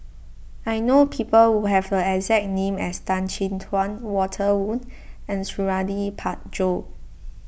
I know people who have the exact name as Tan Chin Tuan Walter Woon and Suradi Parjo